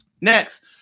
Next